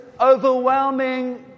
overwhelming